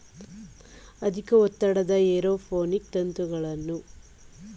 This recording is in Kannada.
ಅಧಿಕ ಒತ್ತಡದ ಏರೋಪೋನಿಕ್ ತಂತ್ರಗಳನ್ನು ಸಾಮಾನ್ಯವಾಗಿ ಬೆಳೆ ಮತ್ತು ಸಸ್ಯ ಮಾದರಿ ಕೃಷಿಲಿ ಬಳಸ್ತಾರೆ